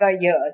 years